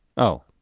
oh.